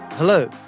Hello